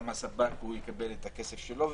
גם הספק יקבל את הכסף שלו,